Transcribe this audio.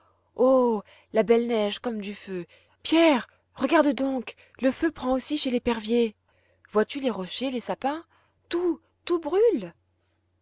oh la belle neige comme du feu pierre regarde donc le feu prend aussi chez l'épervier vois-tu les rochers les sapins tout tout brûle